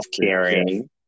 caring